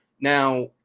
Now